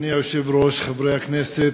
אדוני היושב-ראש, חברי הכנסת,